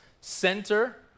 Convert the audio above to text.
center